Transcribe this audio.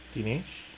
Dinesh